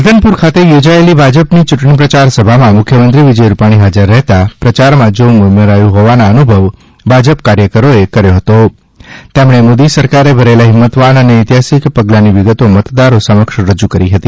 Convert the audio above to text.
રાધનપુર ખાતે યોજાયેલી ભાજપની યૂંટણી પ્રચાર સભામાં મુખ્યમંત્રી વિજય રૂપાણી હાજર રહેતા પ્રચારમાં જોમ ઉમેરાયું હોવાના અનુભવ ભાજપ કાર્યકરોએ કર્યો હતો તેમણે મોદી સરકારે ભરેલા હિંમતવાન અને ઐતિહાસિક પગલાની વિગતો મતદારો સમક્ષ રજૂ કરી હતી